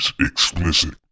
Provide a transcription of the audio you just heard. explicit